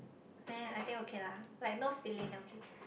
meh I think okay lah like no filling okay